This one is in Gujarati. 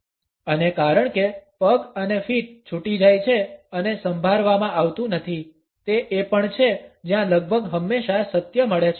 અને કારણ કે પગ અને ફીટ છૂટી જાય છે અને સંભારવામાં આવતું નથી તે એ પણ છે જ્યાં લગભગ હંમેશા સત્ય મળે છે